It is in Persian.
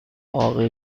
باغ